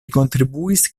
kontribuis